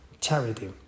charity